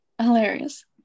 Hilarious